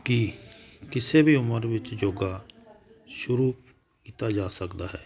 ਕੀ ਕਿਸੇ ਵੀ ਉਮਰ ਵਿੱਚ ਜੋਗਾ ਸ਼ੁਰੂ ਕੀਤਾ ਜਾ ਸਕਦਾ ਹੈ